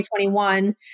2021